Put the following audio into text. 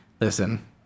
listen